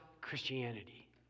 Christianity